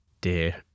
dear